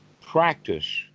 practice